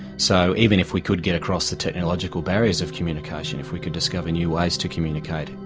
so even if we could get across the technological barriers of communication if we could discover new ways to communicate,